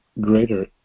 greater